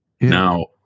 now